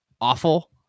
awful